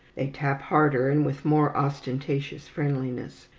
they tap harder, and with more ostentatious friendliness.